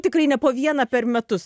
tikrai ne po vieną per metus